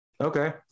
Okay